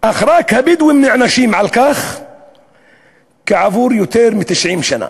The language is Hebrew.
אך רק הבדואים נענשים על כך כעבור יותר מ-90 שנה.